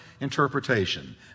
interpretation